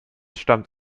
stammt